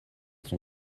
son